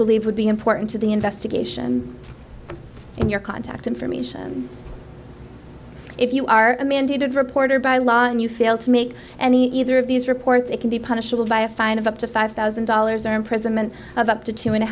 believe would be important to the investigation and your contact information if you are a mandated reporter by law and you fail to make any either of these reports it can be punishable by a fine of up to five thousand dollars or imprisonment of up to two and a